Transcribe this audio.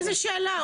איזו שאלה,